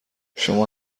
شمام